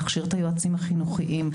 להכשיר את היועצים החינוכיים.